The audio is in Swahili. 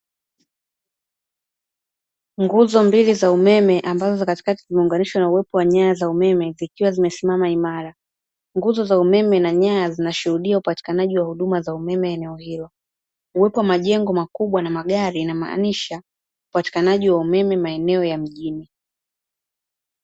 Nguzo mbili za umeme ambazo katikati zimeunganishwa na uwepo wa nyaya za umeme zikiwa zimesimama imara, nguzo za umeme na nyaya zinashuhudia upatikanaji wa huduma za umeme eneo hilo, uwepo wa majengo makubwa na magari inamaanisha upatikanaji wa umeme maeneo ya mjini.